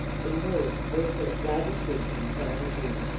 the moors hoisted a flag of truce, and signed a treaty,